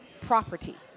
property